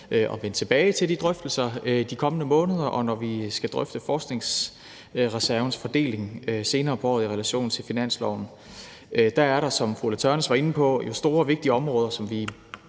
at vende tilbage til de drøftelser de kommende måneder, og når vi skal drøfte forskningsreservens fordeling senere på året i relation til finansloven. Der er der, som fru Ulla Tørnæs var inde på, store og vigtige områder, som vi